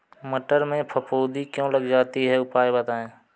मटर में फफूंदी क्यो लग जाती है उपाय बताएं?